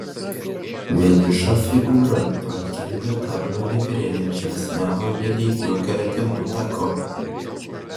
vieniša figūra tvarkinga tarno livrėja žingsniavo nelygiu gretimu taku